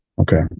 Okay